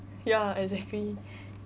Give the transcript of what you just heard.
ya exactly